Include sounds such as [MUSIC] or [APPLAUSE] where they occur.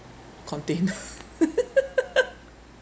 container [LAUGHS]